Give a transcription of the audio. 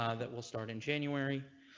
ah that will start in january.